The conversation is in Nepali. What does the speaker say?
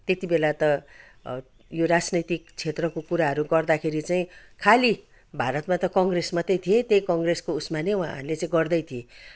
त्यति बेला त यो राजनैतिक क्षेत्रको कुराहरू गर्दाखेरि चाहिँ खालि भारतमा त कङ्ग्रेस मात्रै थिए त्यही कङ्ग्रेसको उसमा नै उहाँहरूले चाहिँ गर्दै थिए